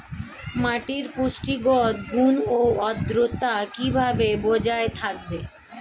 মাটির পুষ্টিগত গুণ ও আদ্রতা কিভাবে বজায় থাকবে?